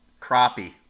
crappie